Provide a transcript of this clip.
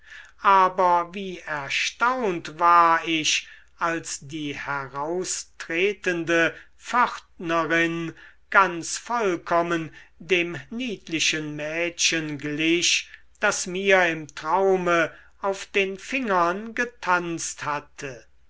aber wie erstaunt war ich als die heraustretende pförtnerin ganz vollkommen dem niedlichen mädchen glich das mir im traume auf den fingern getanzt hatte